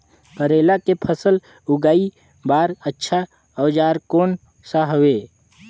करेला के फसल उगाई बार अच्छा औजार कोन सा हवे?